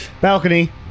Balcony